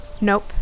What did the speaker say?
Nope